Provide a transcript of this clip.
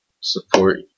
support